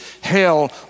hell